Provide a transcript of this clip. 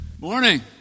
Morning